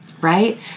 right